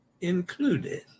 included